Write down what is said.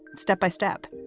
step by step,